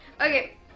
Okay